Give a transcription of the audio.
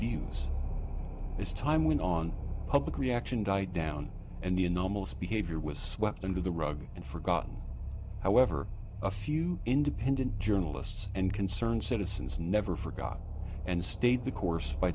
views as time went on public reaction die down and the anomalous behavior was swept under the rug and forgotten however a few independent journalists and concerned citizens never forgot and stayed the course by